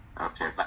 Okay